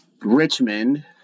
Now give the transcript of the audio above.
Richmond